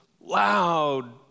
loud